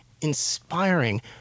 inspiring